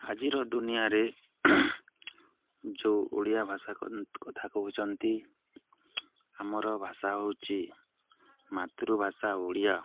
ଆଜିର ଦୁନିଆରେ ଯେଉଁ ଓଡ଼ିଆ ଭାଷା କଥା କହୁଛନ୍ତି ଆମର ଭାଷା ହଉଛି ମାତୃଭାଷା ଓଡ଼ିଆ